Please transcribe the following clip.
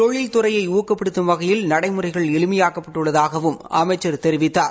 தொழில் துறையை ஊக்கப்படுத்தும் வகையில் நடைமுறைகள் எளிமையாக்கப் பட்டுள்ளதாகவும் அமைச்சர் தெரிவித்தார்